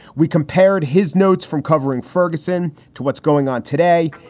we compared his notes from covering ferguson to what's going on today.